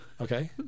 Okay